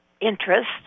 interest